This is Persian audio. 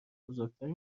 بزرگتری